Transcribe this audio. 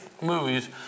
movies